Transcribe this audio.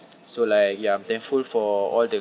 so like ya I'm thankful for all the